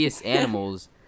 animals